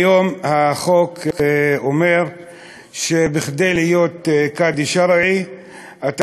כיום החוק אומר שכדי להיום קאדי שרעי אתה